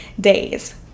days